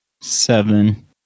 Seven